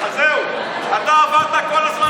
שלמה,